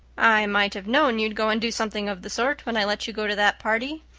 i might have known you'd go and do something of the sort when i let you go to that party,